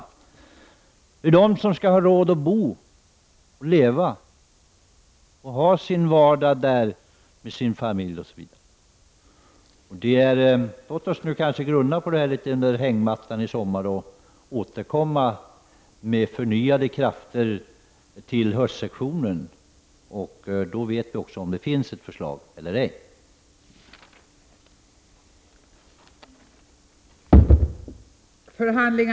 Det är ju de som skall ha råd att bo och leva och tillbringa sin vardag där med sina familjer. Låt oss grunda på dessa frågor i hängmattan i sommar och återkomma med förnyade krafter till höstsessionen. Då vet vi också om det finns något förslag att ta ställning till eller ej.